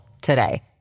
today